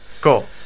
Cool